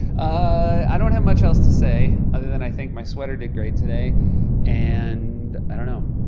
i don't have much else to say, other than i think my sweater did great today and i don't know.